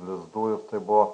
lizdų ir tai buvo